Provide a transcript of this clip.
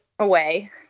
Away